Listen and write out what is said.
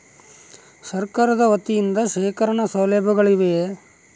ಸರಕಾರದ ವತಿಯಿಂದ ಶೇಖರಣ ಸೌಲಭ್ಯಗಳಿವೆಯೇ?